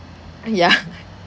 yeah